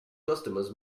customers